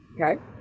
Okay